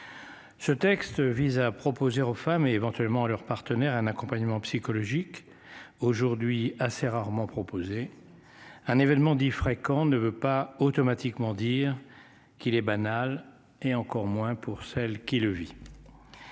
Ce texte vise à proposer aux femmes et éventuellement leurs partenaires un accompagnement psychologique aujourd'hui assez rarement proposé. Un événement dit fréquent ne veut pas automatiquement. Dire qu'il est banal et encore moins pour celles qui le vit.